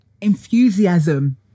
enthusiasm